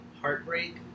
heartbreak